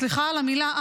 סליחה על המילה,